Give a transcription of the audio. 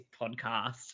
podcast